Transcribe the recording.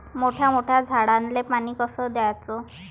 मोठ्या मोठ्या झाडांले पानी कस द्याचं?